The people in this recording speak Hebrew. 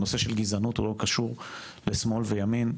הנושא של גזענות הוא לא קשור לשמאל וימין.